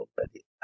already